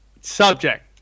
subject